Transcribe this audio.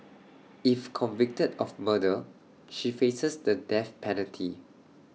if convicted of murder she faces the death penalty